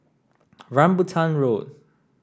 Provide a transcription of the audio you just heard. Rambutan Road